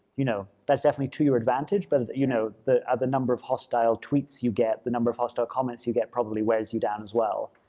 you know that's definitely to your advantage but you know the the number of hostile tweets you get, the number of hostile comments you get probably wears you down as well.